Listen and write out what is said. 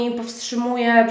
powstrzymuje